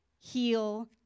Heal